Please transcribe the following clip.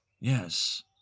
Yes